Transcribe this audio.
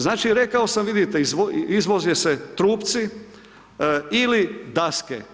Znači rekao sam vidite, izvoze se trupci ili daske.